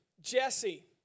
Jesse